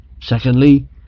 Secondly